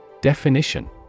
Definition